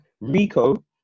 Rico